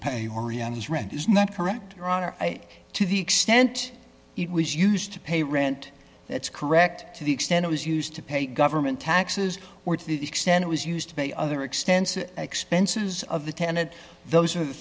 ariana's rent is not correct your honor to the extent it was used to pay rent that's correct to the extent it was used to pay government taxes or to the extent it was used to pay other extensive expenses of the tenet those are the